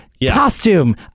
costume